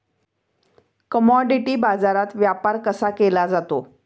Commodity बाजारात व्यापार कसा केला जातो?